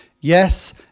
Yes